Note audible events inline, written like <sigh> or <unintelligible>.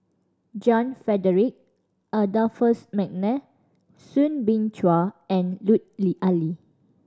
John Frederick Adolphus McNair Soo Bin Chua and Lut <unintelligible> Ali